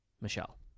Michelle